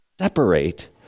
separate